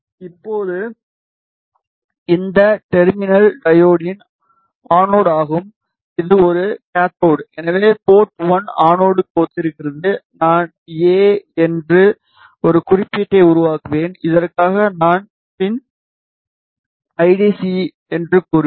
இப்போது இந்த டெர்மினல் டையோடின் அனோட் ஆகும் இது ஒரு கேத்தோட் எனவே போர்ட் 1 ஆனோடுக்கு ஒத்திருக்கிறது நான் எ என்று ஒரு குறியீட்டை உருவாக்குவேன் இதற்காக நான் பின் ஐடியை சி என்று கூறுவேன்